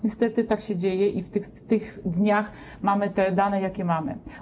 Niestety tak się dzieje i w tych dniach mamy te dane takie, jakie mamy.